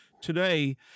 today